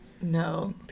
No